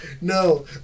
No